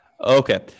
Okay